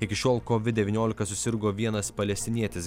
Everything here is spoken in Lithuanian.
iki šiol covid devyniolika susirgo vienas palestinietis